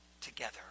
together